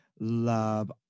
love